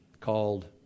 called